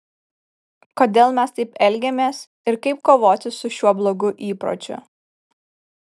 kodėl mes taip elgiamės ir kaip kovoti su šiuo blogu įpročiu